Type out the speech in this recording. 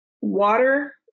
Water